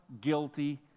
guilty